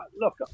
look